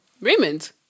raymond